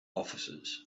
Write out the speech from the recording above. officers